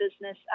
business